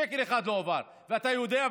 שקל אחד לא הועבר, ואתה יודע.